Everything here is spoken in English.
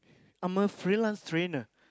I'm a freelance trainer